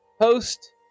post